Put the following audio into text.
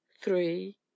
Three